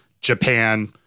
Japan